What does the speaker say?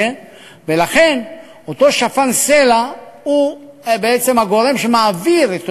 ולכן אותו שפן סלע הוא בעצם הגורם שמעביר את